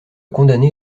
condamné